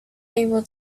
able